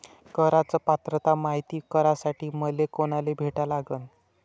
कराच पात्रता मायती करासाठी मले कोनाले भेटा लागन?